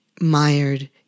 mired